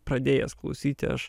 pradėjęs klausyti aš